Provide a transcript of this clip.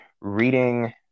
reading